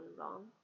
wrong